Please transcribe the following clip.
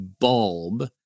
bulb